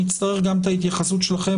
נצטרך גם את ההתייחסות שלכם,